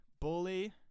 Bully